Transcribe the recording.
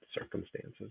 circumstances